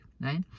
right